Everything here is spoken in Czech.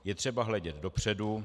Je třeba hledět dopředu.